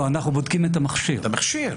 אנחנו בודקים את המכשיר.